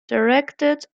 directed